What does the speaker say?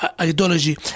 ideology